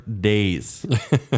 days